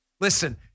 Listen